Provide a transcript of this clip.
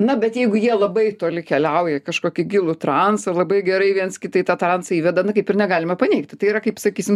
na bet jeigu jie labai toli keliauja į kažkokį gilų transą labai gerai viens kitą į tą transą įveda na kaip ir negalima paneigti tai yra kaip sakysim